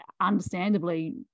understandably